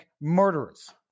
murderers